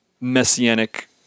messianic